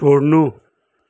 छोड्नु